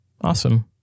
Awesome